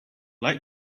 like